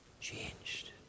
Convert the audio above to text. changed